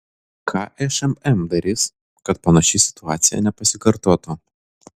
ką šmm darys kad panaši situacija nepasikartotų